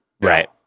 Right